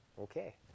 Okay